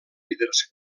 líders